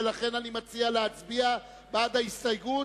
ולכן אני מציע להצביע בעד ההסתייגות,